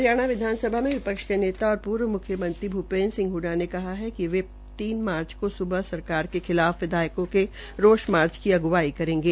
हरियाणा विधानसभा में विपक्ष के नेता और अपूर्व मुख्यमंत्री भूपेन्द्र सिंह हडडा ने कहा है कि वे तीन मार्च को सुबह सरकार के खिलाफ विधायकों के रोष मार्च की अग्रवाई करेंगे